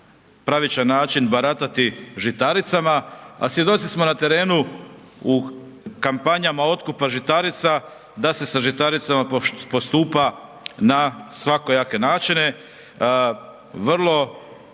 pravičan način baratati žitaricama, a svjedoci smo na terenu u kampanjama otkupa žitarica, da se sa žitaricama postupa na svakojake načine.